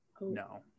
No